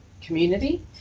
community